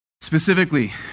Specifically